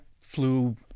flew